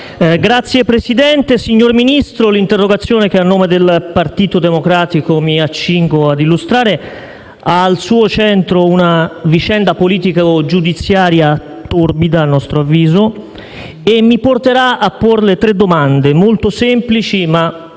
Signor Presidente, signor Ministro, l'interrogazione che a nome del Partito Democratico mi accingo a illustrare ha al suo centro una vicenda politico-giudiziaria torbida a nostro avviso e mi porterà a porle tre domande, molto semplici ma